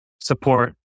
support